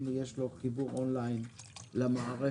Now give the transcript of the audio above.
אם יש לו חיבור אונליין למערכת,